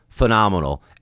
Phenomenal